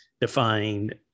defined